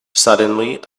suddenly